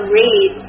read